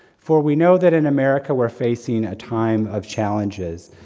for we know, that in america we're facing a time of challenges,